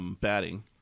batting